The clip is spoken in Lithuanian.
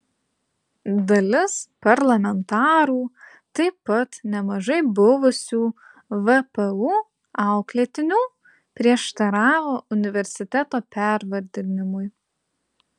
dalis parlamentarų taip pat nemažai buvusių vpu auklėtinių prieštaravo universiteto pervardinimui